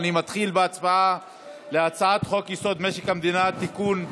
אני מתחיל בהצבעה על הצעת חוק-יסוד: משק המדינה (תיקון,